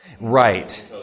Right